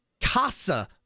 Casa